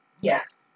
Yes